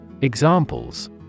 Examples